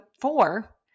four